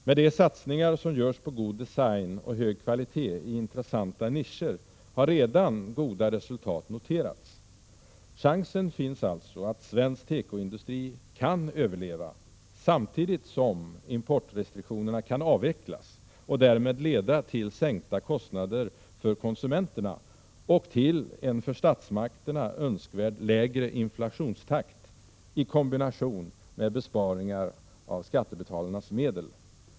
Med de satsningar som görs på god design och hög kvalitet i intressanta nischer har redan goda resultat noterats. Chansen finns att svensk tekoindustri kan överleva, samtidigt som importrestriktionerna kan avvecklas och därmed leda till sänkta kostnader för konsumenterna och till en för statsmakterna önskvärd lägre inflationstakt i kombination med besparingar av skattebetalarnas medel.